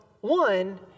One